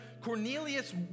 Cornelius